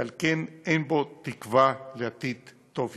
ועל כן אין בו תקווה לעתיד טוב יותר.